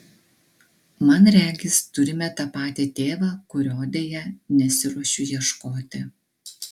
man regis turime tą patį tėvą kurio deja nesiruošiu ieškoti